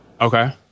Okay